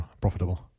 profitable